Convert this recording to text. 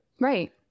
Right